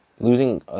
Losing